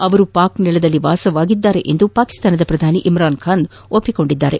ಅವರು ಪಾಕ್ ನೆಲದಲ್ಲಿ ವಾಸವಾಗಿದ್ದಾರೆ ಎಂದು ಪಾಕಿಸ್ತಾನ ಪ್ರಧಾನಿ ಇಮ್ರಾನ್ ಖಾನ್ ಒಪ್ಪಿಕೊಂಡಿದ್ದಾರೆ